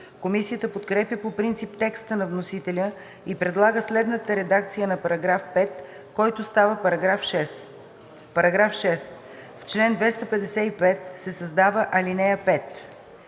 Комисията подкрепя по принцип текста на вносителя и предлага следната редакция на § 5, който става § 6: „§ 6. В чл. 255 се създава ал. 5: